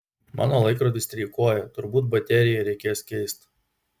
mano laikrodis streikuoja turbūt bateriją reikės keist